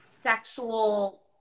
sexual